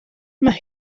mae